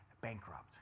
bankrupt